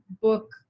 book